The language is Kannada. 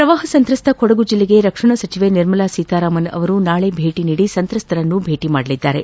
ಪ್ರವಾಹ ಸಂತ್ರಸ್ತ ಕೊಡಗು ಜಿಲ್ಲೆಗೆ ರಕ್ಷಣಾ ಸಚಿವೆ ನಿರ್ಮಲಾ ಸೀತಾರಾಮನ್ ಅವರು ನಾಳೆ ಭೇಟಿ ನೀಡಿ ಸಂತ್ರಸ್ತರನ್ನು ಭೇಟ ಮಾಡಲಿದ್ದಾರೆ